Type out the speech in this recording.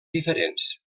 diferents